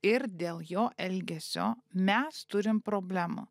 ir dėl jo elgesio mes turim problemų